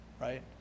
Right